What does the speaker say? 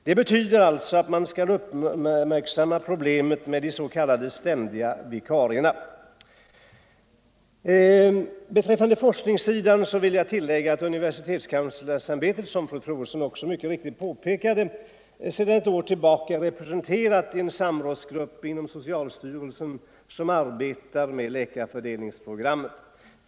Det betyder att man skall uppmärksamma problemet med de s.k. ständiga vikarierna. Beträffande forskningssidan vill jag tillägga att universitetskanslersämbetet, som fru Troedsson också mycket riktigt påpekade, sedan ett år tillbaka är representerat i den samrådsgrupp inom socialstyrelsen som arbetar med läkarfördelningsprogrammet.